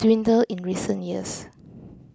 dwindle in recent years